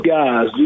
guys